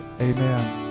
Amen